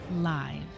live